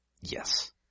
Yes